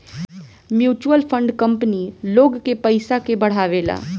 mutual fund company लोग के पयिसा के बढ़ावेला